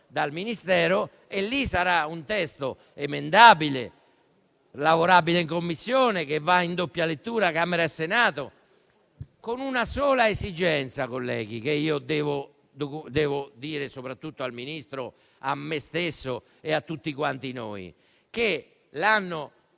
dal Ministero e ci sarà un testo emendabile, lavorabile in Commissione, che va in doppia lettura tra Camera e Senato. C'è una sola esigenza, colleghi, che devo dire soprattutto al Ministro, ma anche a me stesso e a tutti noi, ossia che l'anno